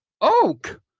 oak